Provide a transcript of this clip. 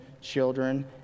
children